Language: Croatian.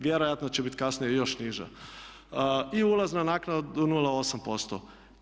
Vjerojatno će bit kasnije još niža i ulazna naknada od 0,8%